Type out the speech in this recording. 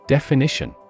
Definition